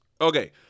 Okay